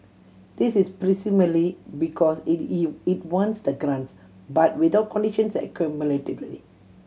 this is presumably because it it wants the grants but without conditions and accountability